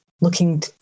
looking